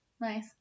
nice